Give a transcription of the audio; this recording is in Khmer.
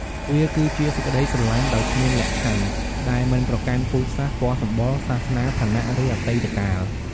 វាគឺជាសេចក្ដីស្រឡាញ់ដោយគ្មានលក្ខខណ្ឌ ដែលមិនប្រកាន់ពូជសាសន៍ ពណ៌សម្បុរ សាសនា ឋានៈ ឬអតីតកាល។